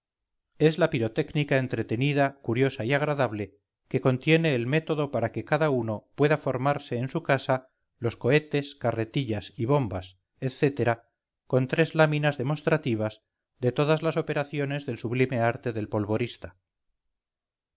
es la pirotécnica entretenida curiosa y agradable que contiene el método para que cada uno pueda formarse en su casa los cohetes carretillas y bombas etc con tres láminas demostrativas de todas las operaciones del sublime arte de polvorista